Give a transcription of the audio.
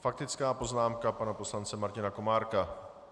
Faktická poznámka pana poslance Martina Komárka.